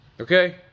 Okay